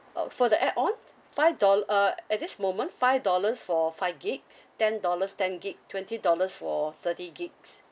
uh for the add on five doll~ uh at this moment five dollars for five gigs ten dollars ten gig twenty dollars for thirty gigs